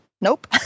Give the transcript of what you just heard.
nope